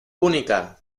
única